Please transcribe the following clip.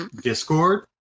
Discord